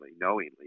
knowingly